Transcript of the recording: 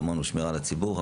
שמירה על הציבור,